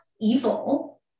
Evil